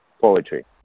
poetry